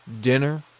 Dinner